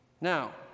Now